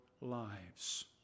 lives